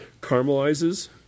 caramelizes